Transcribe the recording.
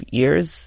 years